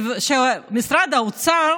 ומשרד האוצר